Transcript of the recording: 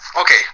okay